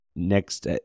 Next